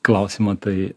klausimą tai